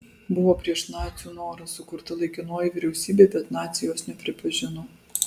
buvo prieš nacių norą sukurta laikinoji vyriausybė bet naciai jos nepripažino